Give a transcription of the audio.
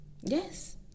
Yes